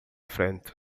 frente